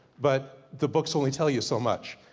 but the books only tell you so much.